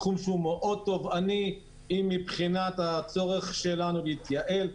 זה תחום מאוד תובעני מבחינת הצורך שלנו להתייעל,